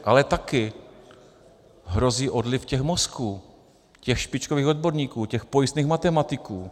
Ale taky hrozí odliv těch mozků, těch špičkových odborníků, těch pojistných matematiků.